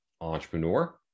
entrepreneur